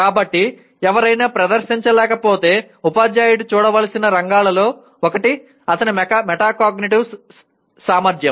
కాబట్టి ఎవరైనా ప్రదర్శించలేకపోతే ఉపాధ్యాయుడు చూడవలసిన రంగాలలో ఒకటి అతని మెటాకాగ్నిటివ్ సామర్ధ్యం